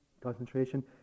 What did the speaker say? Concentration